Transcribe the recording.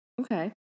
okay